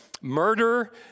murder